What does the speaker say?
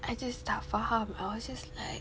I just tak faham I was just like